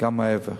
גם מעבר.